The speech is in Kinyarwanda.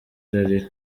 ararira